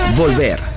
volver